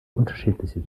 unterschiedliche